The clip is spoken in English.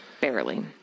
Barely